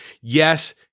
Yes